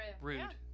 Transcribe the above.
rude